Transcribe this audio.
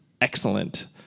excellent